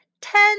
ten